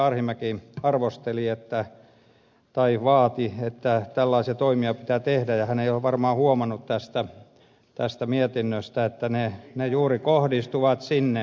arhinmäki vaati että tällaisia toimia pitää tehdä ja hän ei ole varmaan huomannut tästä mietinnöstä että ne juuri kohdistuvat sinne